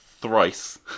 thrice